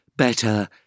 Better